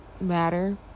matter